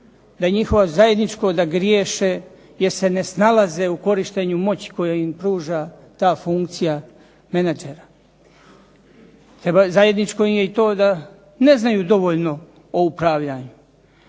je njihovo zajedničko da griješe jer se ne snalaze u korištenju moći koju im pruža ta funkcija menadžera. Zajedničko im je i to da ne znaju dovoljno o upravljanju,